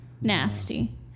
Nasty